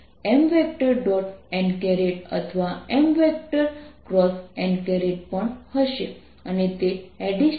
અને આપણે જોઈ શકીએ છીએ કે સરફેસ એલિમેન્ટ પણ z દિશા સાથે છે